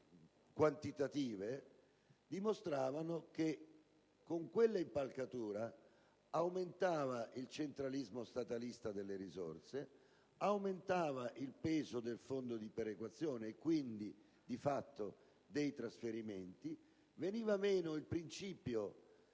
quantitative dimostravano che, con una simile impalcatura, aumentava il centralismo statalista delle risorse; aumentava il peso del fondo di perequazione e quindi, di fatto, dei trasferimenti; veniva meno il principio